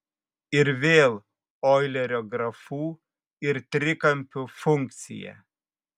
ir vėl oilerio grafų ir trikampių funkcija